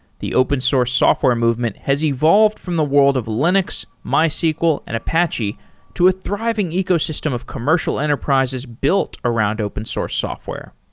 the open source software movement has evolved from the world of linux, mysql and apache to a thriving ecosystem of commercial enterprises built around open source software.